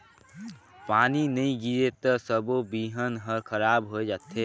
पानी नई गिरे त सबो बिहन हर खराब होए जथे